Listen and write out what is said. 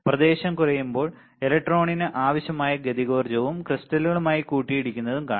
പ്രദേശം കുറയുമ്പോൾ ഇലക്ട്രോണിന് ആവശ്യമായ ഗതികോർജ്ജവും ക്രിസ്റ്റലുകളുമായി കൂട്ടിയിടിക്കുന്നതും കാണാം